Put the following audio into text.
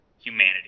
humanity